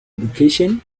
education